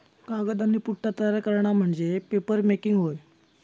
कागद आणि पुठ्ठा तयार करणा म्हणजे पेपरमेकिंग होय